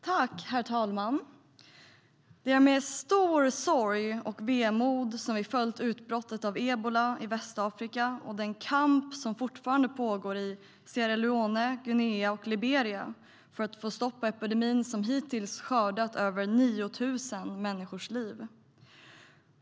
Herr talman! Det är med stor sorg och vemod som vi följt utbrottet av ebola i Västafrika och den kamp som fortfarande pågår i Sierra Leone, Guinea och Liberia för att få stopp på epidemin, som hittills skördat över 9 000 människors liv.